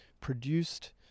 produced